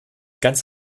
ganz